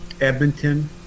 Edmonton